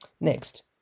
Next